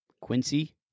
Quincy